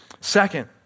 Second